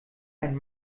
einen